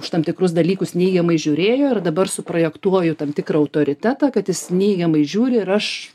už tam tikrus dalykus neigiamai žiūrėjo ir dabar suprojektuoju tam tikrą autoritetą kad jis neigiamai žiūri ir aš